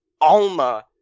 Alma